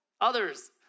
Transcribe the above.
others